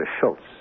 Schultz